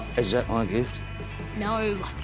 is that my gift? no.